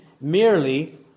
merely